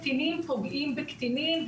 קטינים פוגעים בקטינים,